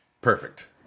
Perfect